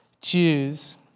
Jews